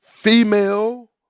female